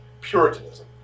Puritanism